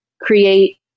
create